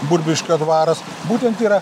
burbiškio dvaras būtent yra